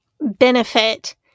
benefit